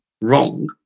wrong